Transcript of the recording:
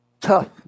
tough